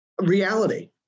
reality